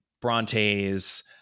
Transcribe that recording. brontes